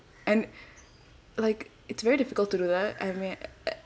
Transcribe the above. and like it's very difficult to do that I mean